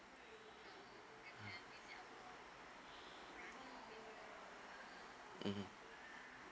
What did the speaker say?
mmhmm